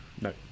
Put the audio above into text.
No